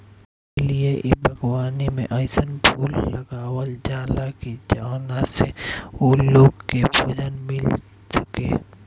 ए लिए इ बागवानी में अइसन फूल लगावल जाला की जवना से उ लोग के भोजन मिल सके